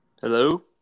Hello